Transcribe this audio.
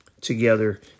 together